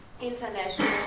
international